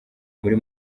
muri